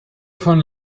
von